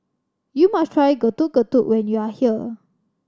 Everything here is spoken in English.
you must try Getuk Getuk when you are here